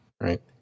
right